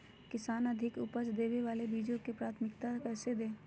किसान अधिक उपज देवे वाले बीजों के प्राथमिकता कैसे दे?